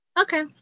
Okay